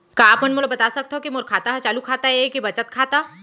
का आप मन मोला बता सकथव के मोर खाता ह चालू खाता ये के बचत खाता?